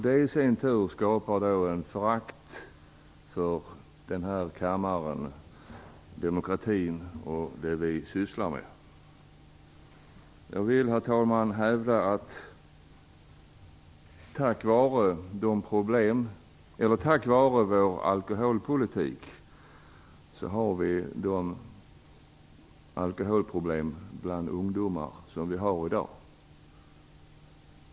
Det i sin tur skapar ett förakt för den här kammaren, demokratin och det vi sysslar med. Jag vill, herr talman, hävda att vi har de alkoholproblem bland ungdomar som vi har i dag på grund av vår alkoholpolitik.